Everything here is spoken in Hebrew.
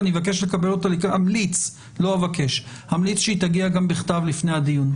ואני אמליץ שהיא תגיע גם בכתב לפני הדיון.